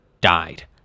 died